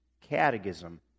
catechism